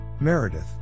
meredith